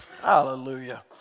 Hallelujah